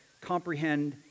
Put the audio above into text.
comprehend